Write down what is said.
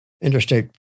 Interstate